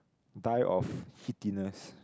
die of heatiness